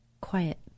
quiet